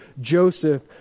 joseph